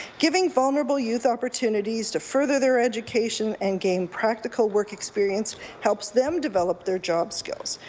giving vulnerable youth opportunities to further their education and gain practical work experience helps them develop their job skills.